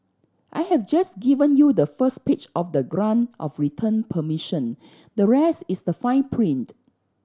I have just given you the first page of the grant of return permission the rest is the fine print